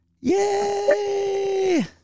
Yay